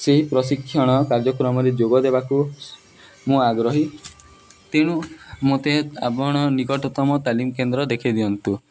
ସେହି ପ୍ରଶିକ୍ଷଣ କାର୍ଯ୍ୟକ୍ରମରେ ଯୋଗ ଦେବାକୁ ମୁଁ ଆଗ୍ରହୀ ତେଣୁ ମୋତେ ଆପଣ ନିକଟତମ ତାଲିମ କେନ୍ଦ୍ର ଦେଖେଇଦିଅନ୍ତୁ